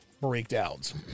breakdowns